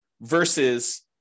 versus